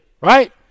right